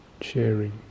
sharing